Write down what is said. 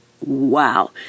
wow